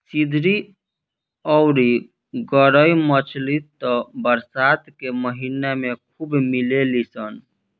सिधरी अउरी गरई मछली त बरसात के महिना में खूब मिलेली सन